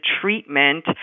treatment